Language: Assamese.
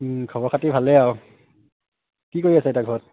খবৰ খাতি ভালেই আৰু কি কৰি আছে এতিয়া ঘৰত